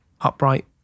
upright